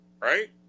right